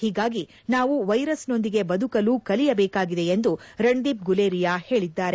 ಹೀಗಾಗಿ ನಾವು ವೈರಸ್ ನೊಂದಿಗೆ ಬದಕಲು ಕಲಿಯಬೇಕಾಗಿದೆ ಎಂದು ರಂದೀಪ್ ಗುಲೇರಿಯಾ ಹೇಳಿದ್ದಾರೆ